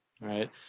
right